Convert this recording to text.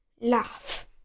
laugh